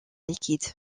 liquide